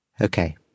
Okay